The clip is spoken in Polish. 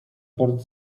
port